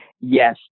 Yes